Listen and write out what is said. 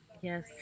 Yes